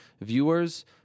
viewers